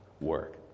work